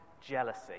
jealousy